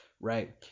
Right